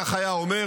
כך היה אומר,